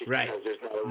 Right